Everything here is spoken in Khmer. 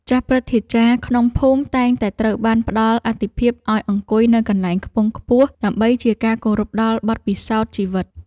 ចាស់ព្រឹទ្ធាចារ្យក្នុងភូមិតែងតែត្រូវបានផ្តល់អាទិភាពឱ្យអង្គុយនៅកន្លែងខ្ពង់ខ្ពស់ដើម្បីជាការគោរពដល់បទពិសោធន៍ជីវិត។